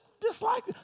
dislike